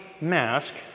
mask